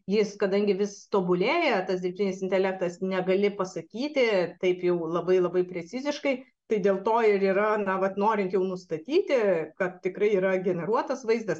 jis kadangi vis tobulėja tas dirbtinis intelektas negali pasakyti taip jau labai labai preciziškai tai dėl to ir yra na vat norint nustatyti kad tikrai yra generuotas vaizdas